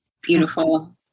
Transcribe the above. beautiful